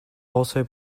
also